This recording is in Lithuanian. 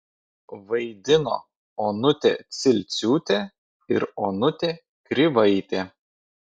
vaidino onutė cilciūtė ir onutė krivaitė